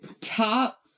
Top